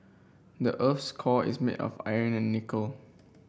the earth's core is made of iron and nickel